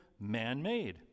Man-made